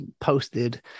posted